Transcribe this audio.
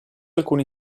alcuni